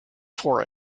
for